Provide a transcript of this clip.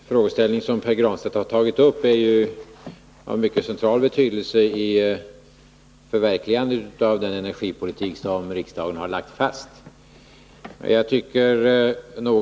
Herr talman! Den frågeställning som Pär Granstedt tagit upp är av central betydelse i förverkligandet av den energipolitik som riksdagen har lagt fast.